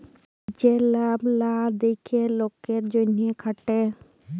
লিজের লাভ লা দ্যাখে লকের জ্যনহে খাটে